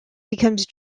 becomes